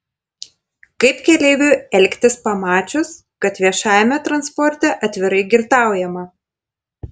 kaip keleiviui elgtis pamačius kad viešajame transporte atvirai girtaujama